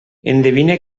endevine